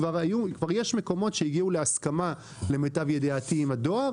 למיטב ידיעתי כבר יש מקומות בהם הגיעו להסכמה עם הדואר